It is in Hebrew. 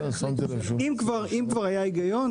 אם כבר היה היגיון,